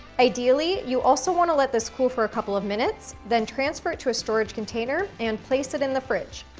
ideally, you also wanna let this cool for a couple of minutes, then transfer it to a storage container and place it in the fridge.